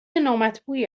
نامطبوعی